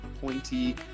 pointy